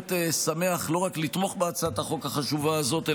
בהחלט שמח לא רק לתמוך בהצעת החוק החשובה הזאת,